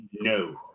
No